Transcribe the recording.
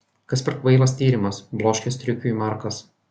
kas per kvailas tyrimas bloškė striukiui markas